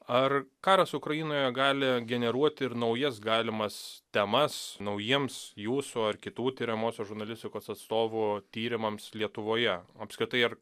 ar karas ukrainoje gali generuoti ir naujas galimas temas naujiems jūsų ar kitų tiriamosios žurnalistikos atstovų tyrimams lietuvoje apskritai ar